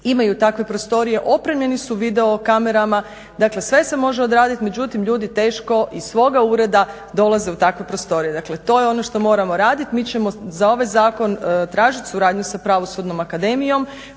imaju takve prostorije. Opremljeni su video kamerama, dakle sve se može odraditi, međutim ljudi teško iz svoga ureda dolaze u takve prostorije. Dakle, to je ono što moramo raditi. Mi ćemo za ovaj zakon tražiti suradnju sa Pravosudnom akademijom,